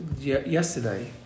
yesterday